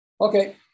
Okay